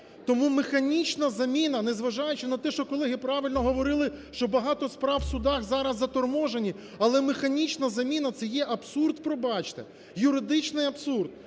Тому механічна заміна, незважаючи на те, що, колеги правильно говорили, що багато справ в судах зараз заторможені, але механічна заміна це є абсурд, пробачте, юридичний абсурд.